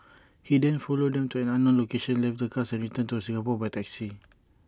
he then followed them to an unknown location left the cars and returned to Singapore by taxi